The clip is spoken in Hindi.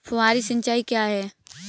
फुहारी सिंचाई क्या है?